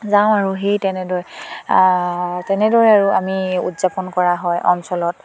যাওঁ আৰু সেই তেনেদৰে তেনেদৰে আৰু আমি উদযাপন কৰা হয় অঞ্চলত